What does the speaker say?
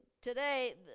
Today